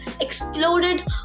exploded